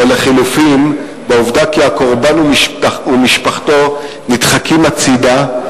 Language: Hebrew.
או לחלופין בעובדה כי הקורבן ומשפחתו נדחקים הצדה,